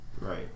Right